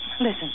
listen